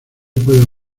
puede